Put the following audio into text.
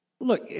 Look